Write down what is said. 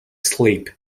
slip